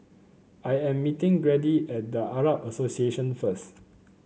I am meeting Grady at The Arab Association first